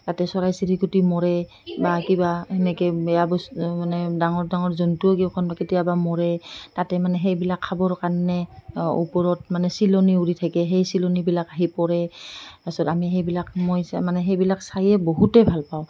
তাতে চৰাই চিৰিকতি মৰে বা কিবা সেনেকৈ বেয়া বস্তু মানে ডাঙৰ ডাঙৰ জন্তুও কেতিয়াবা মৰে তাতে মানে সেইবিলাক খাবৰ কাৰণে ওপৰত মানে চিলনী উৰি থাকে সেই চিলনীবিলাক আহি পৰে তাৰ পিছত আমি সেইবিলাক মই চাই মানে সেইবিলাক চায়য়ে বহুতেই ভালপাওঁ